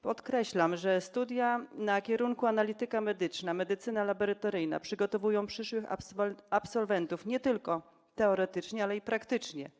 Podkreślam, że studia na kierunku analityka medyczna / medycyna laboratoryjna przygotowują przyszłych absolwentów nie tylko teoretycznie, ale i praktycznie.